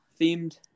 themed